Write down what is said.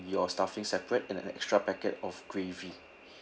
your stuffing separate and an extra packet of gravy